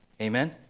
Amen